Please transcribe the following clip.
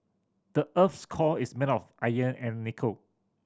the earth's core is made of iron and nickel